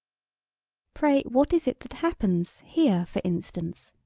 pray what is it that happens here, for instance?